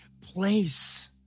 place